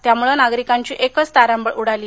त्यामुळे नागरिकांची एकच तारांबळ उडाली